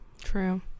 true